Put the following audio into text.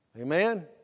Amen